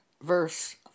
verse